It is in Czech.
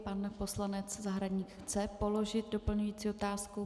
Pan poslanec Zahradník chce položit doplňující otázku?